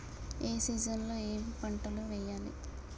ఏ season లో ఏం పంటలు వెయ్యాలి?